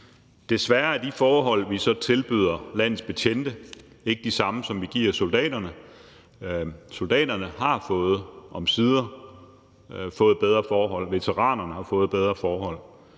Desværre er de forhold, vi tilbyder landets betjente, ikke de samme, som vi giver soldaterne. Soldaterne har – omsider – fået bedre forhold, veteranerne har fået bedre forhold.